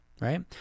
Right